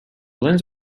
lens